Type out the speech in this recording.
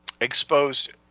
exposed